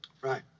Right